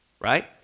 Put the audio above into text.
right